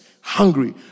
hungry